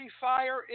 Fire